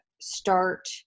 start